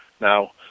Now